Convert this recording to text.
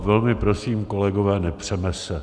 Velmi prosím, kolegové, nepřeme se.